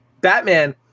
batman